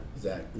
Zach